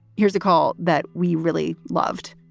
here's a call that we really loved